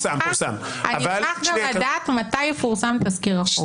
אני אשמח גם לדעת מתי יפורסם תזכיר החוק.